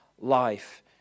life